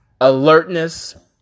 alertness